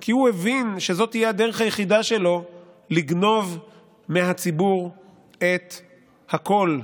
כי הוא הבין שזאת תהיה הדרך היחידה שלו לגנוב מהציבור את הקול,